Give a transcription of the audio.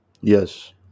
Yes